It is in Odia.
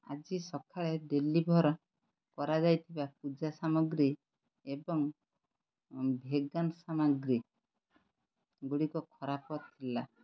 ଆଜି ସକାଳେ ଡ଼େଲିଭର୍ କରାଯାଇଥିବା ପୂଜା ସାମଗ୍ରୀ ଏବଂ ଭେଗାନ୍ ସାମଗ୍ରୀଗୁଡ଼ିକ ଖରାପ ଥିଲା